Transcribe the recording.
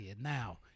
now